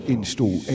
Install